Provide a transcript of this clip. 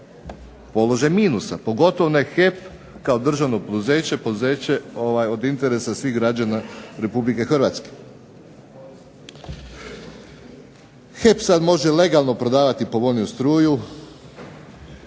položaj minusa, pogotovo ne HEP kao državno poduzeće, poduzeće od interesa svih građana Republike Hrvatske. HEP sada može legalno prodavati povoljniju struju.